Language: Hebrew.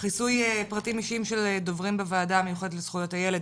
חיסוי פרטים אישיים בוועדה המיוחדת לזכויות הילד,